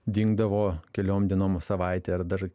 dingdavo keliom dienom savaitei ar dar